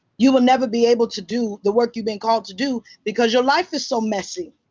you will never be able to do the work you've been called to do. because your life is so messy.